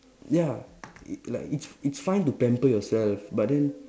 ya like it's it's fine to pamper yourself but then